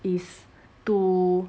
is to